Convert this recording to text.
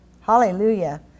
hallelujah